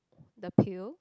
the pill